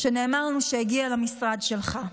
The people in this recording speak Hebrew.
שנאמר לנו שהגיע למשרד שלך,